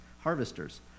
harvesters